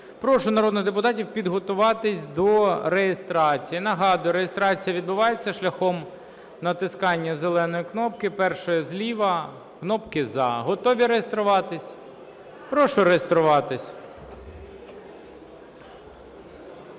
Прошу народних депутатів підготуватись до реєстрації. Нагадую, реєстрація відбувається шляхом натискання зеленої кнопки першої зліва – кнопки "за". Готові реєструватись? Прошу реєструватись.